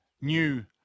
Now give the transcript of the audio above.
new